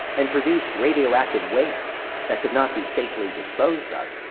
and produced radioactive wastes that could not be safely disposed of.